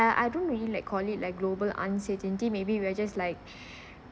I I don't really like call it like global uncertainty maybe we are just like